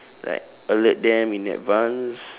like alert them in advance